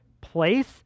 place